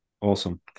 Awesome